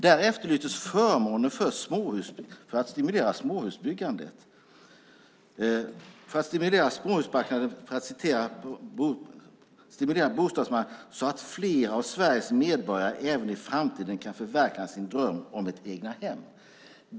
Där efterlystes förmåner för att stimulera bostadsbyggandet på småhusmarknaden så att flera av Sveriges medborgare även i framtiden kan förverkliga sin dröm om ett egnahem.